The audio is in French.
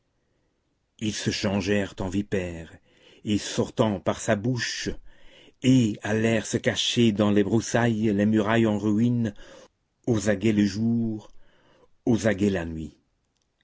ils se changèrent en vipères en sortant par sa bouche et allèrent se cacher dans les broussailles les murailles en ruine aux aguets le jour aux aguets la nuit